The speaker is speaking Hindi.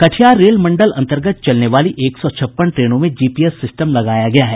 कटिहार रेल मंडल अन्तर्गत चलने वाली एक सौ छप्पन ट्रेनों में जीपीएस सिस्टम लगाया गया है